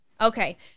Okay